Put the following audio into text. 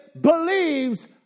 believes